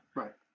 right